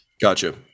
Gotcha